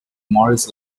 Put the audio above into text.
morris